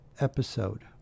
episode